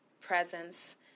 presence